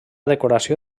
decoració